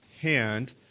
hand